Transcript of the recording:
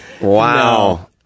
Wow